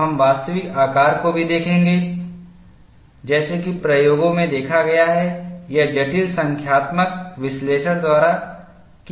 हम वास्तविक आकार को भी देखेंगे जैसा कि प्रयोगों में देखा गया है या जटिल संख्यात्मक विश्लेषण द्वारा किया गया है